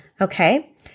Okay